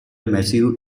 massive